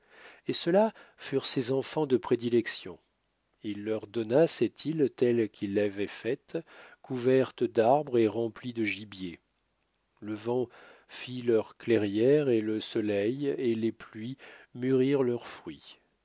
et ceux-là furent ses enfants de prédilection il leur donna cette île telle qu'il l'avait faite couverte d'arbres et remplie de gibier le vent fit leurs clairières et le soleil et les pluies mûrirent leurs fruits